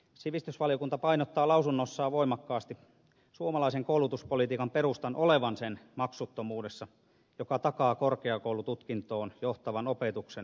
sivistysvaliokunta painottaa lausunnossaan voimakkaasti suomalaisen koulutuspolitiikan perustan olevan sen maksuttomuudessa joka takaa korkeakoulututkintoon johtavan opetuksen maksuttomuuden